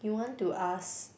you want to ask